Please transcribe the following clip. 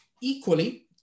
equally